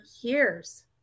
years